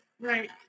right